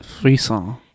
Frisson